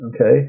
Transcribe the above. Okay